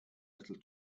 little